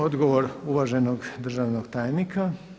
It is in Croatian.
Odgovor uvaženog državnog tajnika.